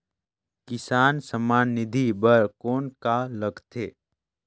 किसान सम्मान निधि बर कौन का लगथे?